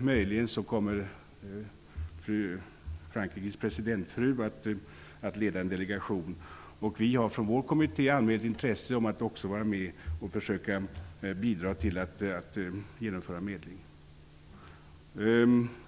Möjligen kommer Frankrikes presidents fru att leda en delegation. Vi har från vår kommitté anmält intresse att också vara med och försöka bidra till att genomföra medling.